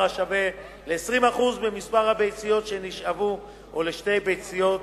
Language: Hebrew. השווה ל-20% ממספר הביציות שנשאבו או על שתי ביציות,